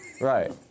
Right